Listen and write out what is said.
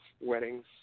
weddings